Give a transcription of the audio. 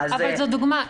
זה דוגמה.